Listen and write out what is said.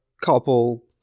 couple